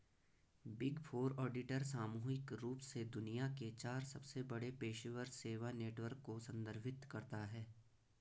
big four auditor सामूहिक रूप से दुनिया के चार सबसे बड़े पेशेवर सेवा नेटवर्क को संदर्भित करता है